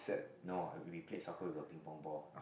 no I replace soccer with a Ping Pong ball